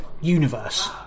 universe